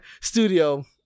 studio